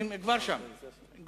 הוא כבר שם.